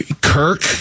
Kirk